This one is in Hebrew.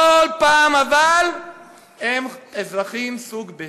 אבל כל פעם הם אזרחים סוג ב'.